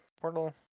Portal